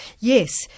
yes